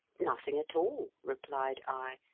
nothing at all, replied i,